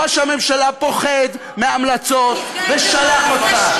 ראש הממשלה פוחד מההמלצות ושלח אותך.